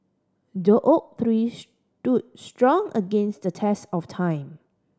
the oak tree stood strong against the test of time